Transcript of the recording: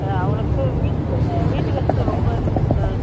sir அவ்வளோக்கு வீட்டில் கொஞ்சம் வீட்டு கஷ்டம் ரொம்ப இருக்குது சார்